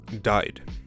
died